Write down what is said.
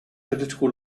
political